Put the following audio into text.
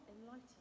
enlightened